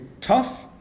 tough